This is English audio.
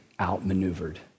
outmaneuvered